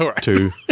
two